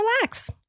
relax